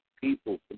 people